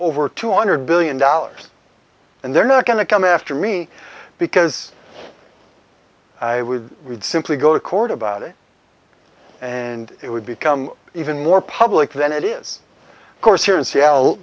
over two hundred billion dollars and they're not going to come after me because i would simply go to court about it and it would become even more public than it is of course here in seattle